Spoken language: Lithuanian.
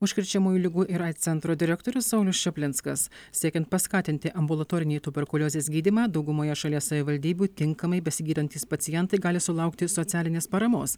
užkrečiamųjų ligų ir aids centro direktorius saulius čaplinskas siekiant paskatinti ambulatorinį tuberkuliozės gydymą daugumoje šalies savivaldybių tinkamai besigydantys pacientai gali sulaukti socialinės paramos